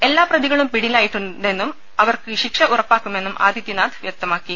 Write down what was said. എല്ലാ പ്രതികളും പിടിയിലായി ട്ടുണ്ടെന്നും അവർക്ക് ശിക്ഷ ഉറപ്പാക്കുമെന്നും ആദിത്യ നാഥ് വൃക്തമാക്കി